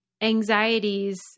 anxieties